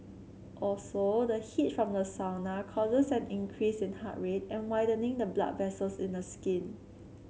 also the heat from the sauna causes an increase in heart rate and widening the blood vessels in the skin